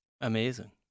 Amazing